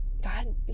God